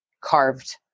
carved